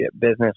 business